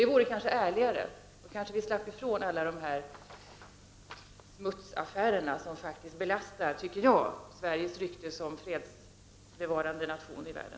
Det vore kanske ärligare, och då kanske vi slapp ifrån alla dessa smutsaffärer som jag tycker belastar Sveriges rykte som fredsbevarande nation i världen.